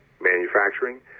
manufacturing